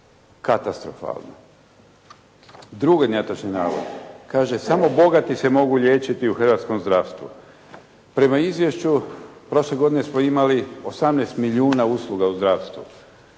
katastrofalno? Drugi netočni navod kaže, samo bogati se mogu liječiti u hrvatskom zdravstvu. Prema izvješću prošle godine smo imali 18 milijuna usluga u zdravstvu.